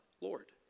Lord